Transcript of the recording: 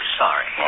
sorry